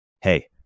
Hey